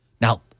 Now